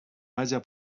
haja